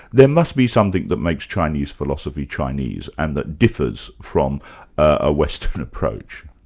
there must be something that makes chinese philosophy chinese, and that differs from a western approach.